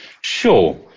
Sure